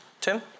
Tim